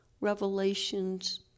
revelations